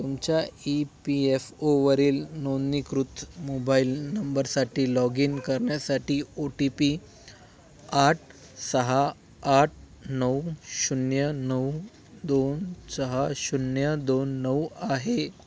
तुमच्या E P F ओवरील नोंदणीकृत मोबाईल नंबरसाठी लॉग इन करण्यासाठी ओ टी पी आठ सहा आठ नऊ शून्य नऊ दोन सहा शून्य दोन नऊ आहे